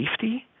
safety